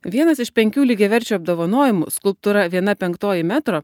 vienas iš penkių lygiaverčių apdovanojimų skulptūra viena penktoji metro